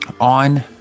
On